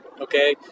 okay